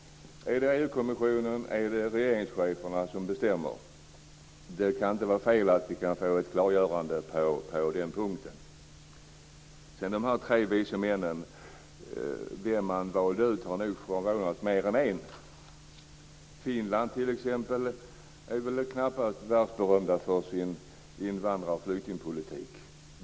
Är det EU kommissionen eller är det regeringscheferna som bestämmer? Det kan inte vara fel att vi kan få ett klargörande på den punkten. När det gäller valet av "de vice männen" har det nog förvånat mer än en. Finland t.ex. är väl knappast världsberömt för sin invandrar och flyktingpolitik.